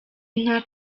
inka